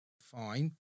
fine